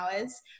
hours